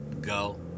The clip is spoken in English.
go